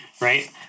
Right